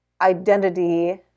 identity